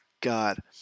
God